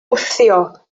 wthio